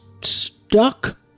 stuck